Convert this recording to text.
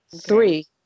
Three